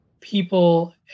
people